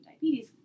diabetes